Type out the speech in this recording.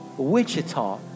Wichita